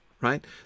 right